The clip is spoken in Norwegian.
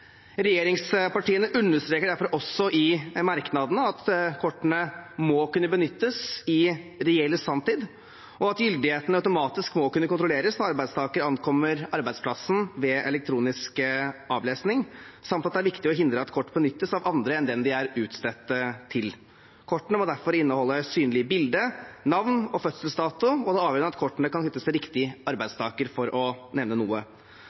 Regjeringspartiene understreker derfor i en merknad at kortene må kunne benyttes i reell sanntid, og at gyldigheten automatisk må kunne kontrolleres når arbeidstaker ankommer arbeidsplassen, ved elektronisk avlesning, samt at det er viktig å hindre at kortet benyttes av andre enn den de er utstedt til. Kortene må derfor inneholde synlig bilde, navn og fødselsdato. Det er avgjørende at kort kan knyttes til riktig arbeidstaker, for å nevne noe.